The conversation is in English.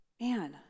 man